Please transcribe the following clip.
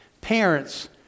parents